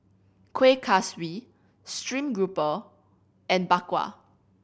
Kueh Kaswi stream grouper and Bak Kwa